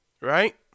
right